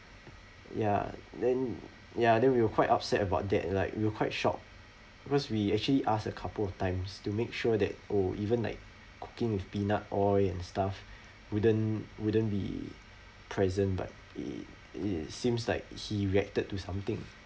ya then ya then we were quite upset about that like we were quite shocked because we actually asked a couple of times to make sure that oh even like cooking with peanut oil and stuff wouldn't wouldn't be present but it it seems like he reacted to something